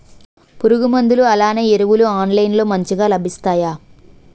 పురుగు మందులు అలానే ఎరువులు ఆన్లైన్ లో మంచిగా లభిస్తాయ?